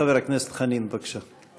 חבר הכנסת חנין, בבקשה.